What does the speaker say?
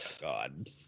God